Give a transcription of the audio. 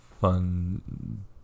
fun